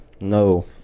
No